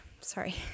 sorry